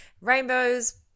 rainbows